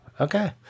okay